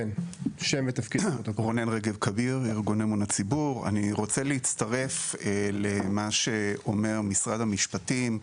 אני רוצה להצטרף למה שאומר משרד המשפטים.